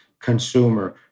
consumer